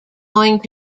going